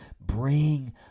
bring